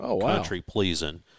country-pleasing